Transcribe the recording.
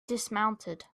dismounted